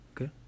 okay